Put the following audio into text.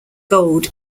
gold